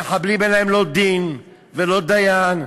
המחבלים, אין להם לא דין ולא דיין.